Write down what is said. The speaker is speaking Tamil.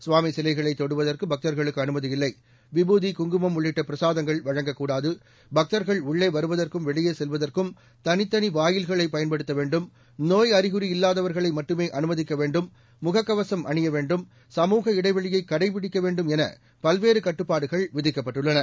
சுவாமி சிலைகளை தொடுவதற்கு பக்தர்களுக்கு அனுமதி இல்லை விபூதி குங்குமம் உள்ளிட்ட பிரசாதங்கள் வழங்கக்கூடாது பக்தர்கள் உள்ளே வருவதற்கும் வெளியே செல்வதற்கும் தனித்தனி வாயில்களை பயன்படுத்த வேண்டும் நோய் அறிகுறி இல்லாதவர்களை மட்டுமே அனுமதிக்க வேண்டும் முகக் கவசம் அணிய வேண்டும் சமூக இடைவெளியை கடைபிடிக்க வேண்டும் என பல்வேறு கட்டுப்பாடுகள் விதிக்கப்பட்டுள்ளன